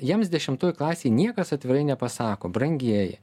jiems dešimtoj klasėj niekas atvirai nepasako brangieji